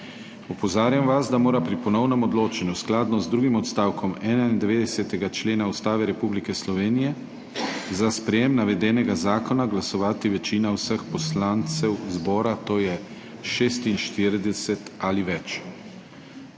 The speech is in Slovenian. Opozarjam vas, da mora pri ponovnem odločanju skladno z drugim odstavkom 91. člena Ustave Republike Slovenije za sprejem navedenega zakona glasovati večina vseh poslancev zbora, to je 46 ali več.